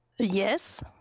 Yes